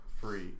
free